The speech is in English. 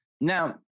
Now